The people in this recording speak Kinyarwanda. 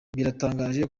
biratangaje